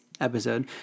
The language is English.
episode